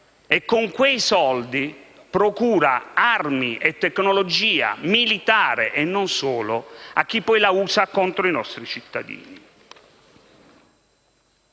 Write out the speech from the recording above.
e con quei soldi si procura armi, tecnologia militare e non solo, da utilizzare contro i nostri cittadini.